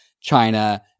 China